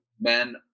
men